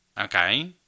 Okay